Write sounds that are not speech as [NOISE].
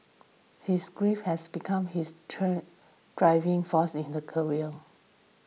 his grief has become his [HESITATION] driving force in the career